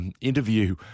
interview